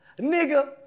nigga